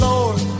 Lord